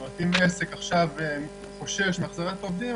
אם עכשיו עסק חושש מהחזרת עובדים,